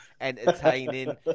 entertaining